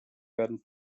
wurden